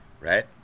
right